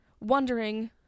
wondering